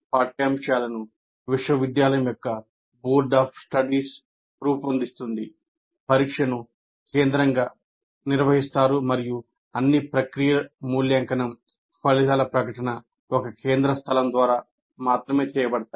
పాఠ్యాంశాలను విశ్వవిద్యాలయం యొక్క బోర్డ్ ఆఫ్ స్టడీస్ రూపొందించింది పరీక్షను కేంద్రంగా నిర్వహిస్తారుమరియు అన్ని ప్రక్రియల మూల్యాంకనం ఫలితాల ప్రకటన ఒక కేంద్ర స్థలం ద్వారా చేయబడతాయి